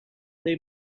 they